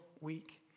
week